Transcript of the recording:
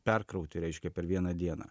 perkrauti reiškia per vieną dieną